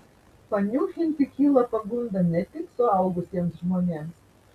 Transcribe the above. paniūchinti kyla pagunda ne tik suaugusiems žmonėms